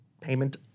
payment